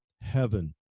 heaven